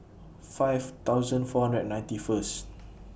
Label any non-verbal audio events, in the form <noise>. five thousand four hundred and ninety First <noise>